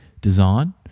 design